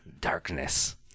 Darkness